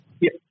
Yes